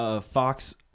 Fox